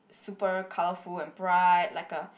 super colourful and bright like a